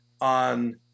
on